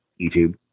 YouTube